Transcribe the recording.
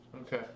Okay